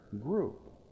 group